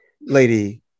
Lady